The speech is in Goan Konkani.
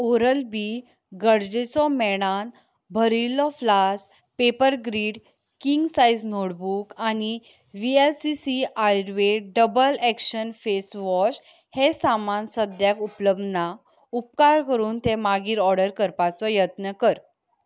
ओरल बी गरजेचो मॅणान भरिल्लो flask paper grid king size notebook आनी व्हीएसीसी Ayurveda double action face wash हें सामान सद्याक उपलब ना उपकार करून तें मागीर ऑर्डर करपाचो यत्न कर